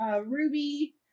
Ruby